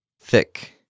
thick